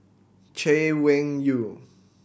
Chay Weng Yew